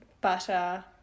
butter